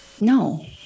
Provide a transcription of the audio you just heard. No